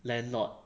landlord